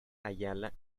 ayala